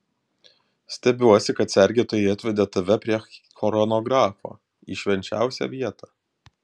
stebiuosi kad sergėtojai atvedė tave prie chronografo į švenčiausią vietą